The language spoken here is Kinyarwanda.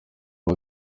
aba